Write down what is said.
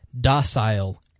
docile